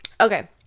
Okay